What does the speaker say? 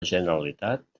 generalitat